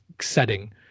setting